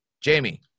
Jamie